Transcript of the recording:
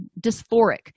dysphoric